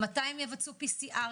מתי הם יבצעו PCR,